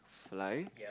fly